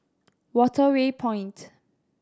Waterway Point